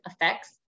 effects